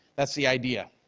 that's the idea.